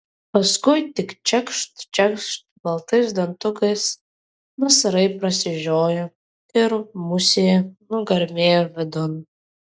paskui tik čekšt čekšt baltais dantukais nasrai prasižiojo ir musė nugarmėjo vidun